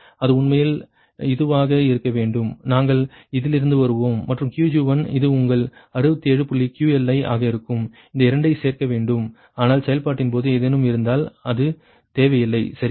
இது உண்மையில் இதுவாக இருக்க வேண்டும் நாங்கள் இதிலிருந்து வருவோம் மற்றும் Qg1 இது உங்கள் 67 QL1 ஆக இருக்கும் இந்த 2 ஐச் சேர்க்க வேண்டும் ஆனால் செயல்பாட்டின் போது ஏதேனும் இருந்தால் இது தேவையில்லை சரியா